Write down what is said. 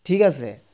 ঠিক আছে